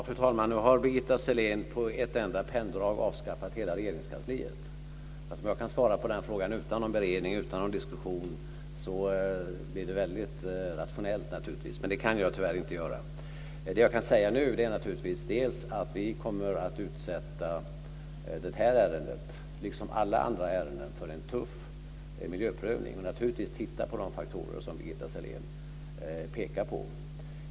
Fru talman! Nu har Birgitta Sellén med ett enda penndrag avskaffat hela Regeringskansliet. Om jag kan svara på den frågan utan någon beredning eller utan någon diskussion blir det naturligtvis väldigt rationellt, men det kan jag tyvärr inte göra. Det jag kan säga nu är att vi kommer att utsätta det här ärendet liksom alla andra ärenden för en tuff miljöprövning. Vi ska titta på de faktorer som Birgitta Sellén pekar på.